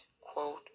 quote